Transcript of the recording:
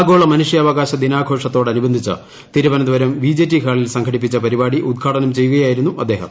ആഗോള മനുഷ്യാവകാശ ദിനാഘോഷത്തോടനുബന്ധിച്ച് തിരുവനന്തപുരം വി ജെ റ്റി ഹാളിൽ സംഘടിപ്പിച്ച പരിപാടി ഉദ്ഘാടനം ചെയ്യുകയായിരുന്നു അദ്ദേഹം